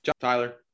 tyler